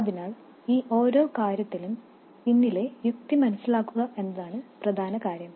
അതിനാൽ ഈ ഓരോ കാര്യത്തിനും പിന്നിലെ യുക്തി മനസ്സിലാക്കുക എന്നതാണ് പ്രധാന കാര്യം